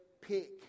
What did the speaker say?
pick